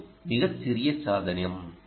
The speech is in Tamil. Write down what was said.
ஓ மிகச் சிறிய சாதனம்